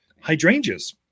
Hydrangeas